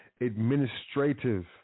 administrative